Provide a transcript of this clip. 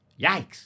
Yikes